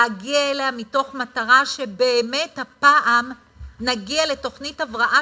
להגיע אליה מתוך מטרה שבאמת הפעם נגיע לתוכנית הבראה